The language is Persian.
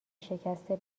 شکسته